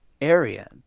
area